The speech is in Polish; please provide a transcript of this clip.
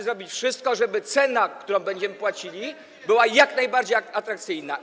zrobić wszystko, żeby cena, którą będziemy płacili, była jak najbardziej atrakcyjna.